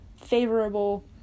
favorable